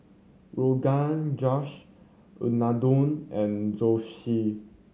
Rogan Josh Unadon and Zosui